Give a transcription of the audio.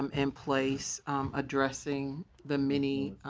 um in place addressing the many